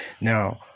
now